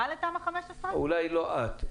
אולי לא את,